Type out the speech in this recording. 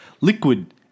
Liquid